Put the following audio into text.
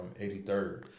83rd